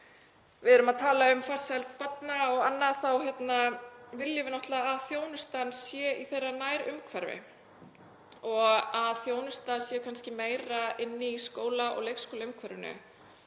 við erum að tala um farsæld barna og annað þá viljum við náttúrlega að þjónustan sé í þeirra nærumhverfi og að þjónustan sé kannski meiri í skóla- og leikskólaumhverfinu,